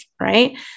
right